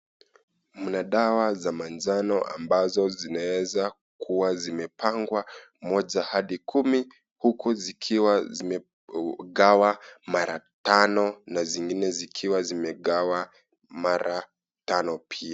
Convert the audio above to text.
Mna za manjano ambazo zinaweza kuwa zimepangwa moja hadi kumi huku zikiwa zimegawa mara tano huku zingine zikiwa zimegawa mara tano pia.